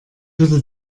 würde